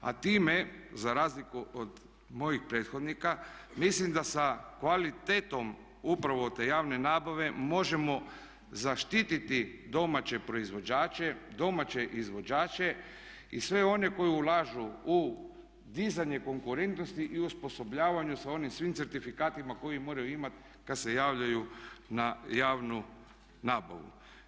A time, za razliku od mojih prethodnika, mislim da sa kvalitetom upravo te javne nabave možemo zaštititi domaće proizvođače, domaće izvođače i sve one koji ulažu u dizanje konkurentnosti i osposobljavanju sa onim svim certifikatima koje moraju imati kad se javljaju na javnu nabavu.